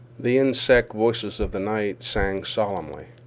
the insect voices of the night sang solemnly.